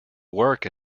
work